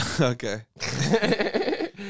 Okay